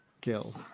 Gil